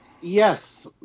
Yes